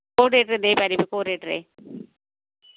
କୋଉ ରେଟ୍ରେ ଦେଇପାରିବେ କୋଉ ରେଟ୍ରେ